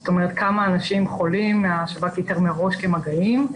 זאת אומרת כמה אנשים חולים השב"כ איתר מראש כמגעים,